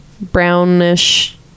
brownish